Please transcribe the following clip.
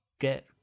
get